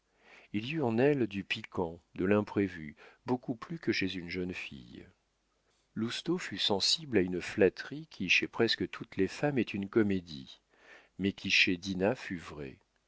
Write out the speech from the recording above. il y eut en elle du piquant de l'imprévu beaucoup plus que chez une jeune fille lousteau fut sensible à une flatterie qui chez presque toutes les femmes est une comédie mais qui chez dinah fut vraie